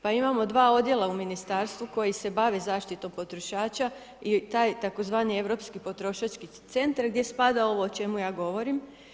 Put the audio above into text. Pa imamo 2 odjela u ministarstvu koja se bave zaštitom potrošača i taj tzv. europski potrošački centar gdje spada o čemu ja govorim.